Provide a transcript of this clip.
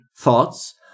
thoughts